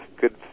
good